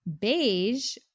beige